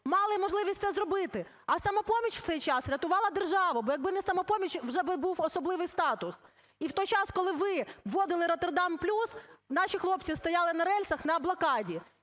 мали можливість це зробити, а "Самопоміч" в цей час рятувала державу. Бо якби не "Самопоміч", вже би був особливий статус. І в той час, коли ви вводили "Роттердам плюс", наші хлопці стояли на рельсах на блокаді,